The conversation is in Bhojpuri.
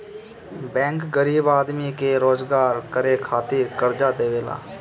बैंक गरीब आदमी के रोजगार करे खातिर कर्जा देवेला